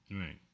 Right